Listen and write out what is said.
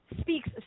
speaks